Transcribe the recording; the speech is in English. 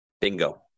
Bingo